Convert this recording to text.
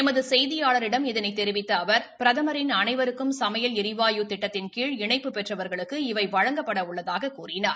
எமதுசெய்தியாளிடம் இதனைதெரிவித்தஅவர் பிரதமின் அனைவருக்கும் சமையல் ளிவாயு திட்டத்தின்கீழ் இணைப்பு பெற்றவர்களுக்கு இவை வழங்கப்படஉள்ளதாககூறினார்